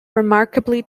remarkably